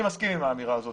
אני מסכים עם האמירה הזאת.